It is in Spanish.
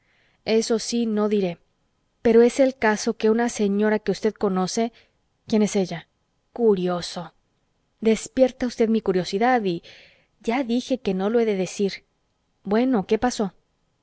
eso sí no diré pero es el caso que una señora que usted conoce quién es ella curioso despierta usted mi curiosidad y ya dije que no lo he de decir bueno qué pasó